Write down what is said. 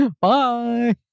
Bye